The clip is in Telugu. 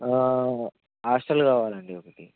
హాస్టల్ కావాలండి ఒకటి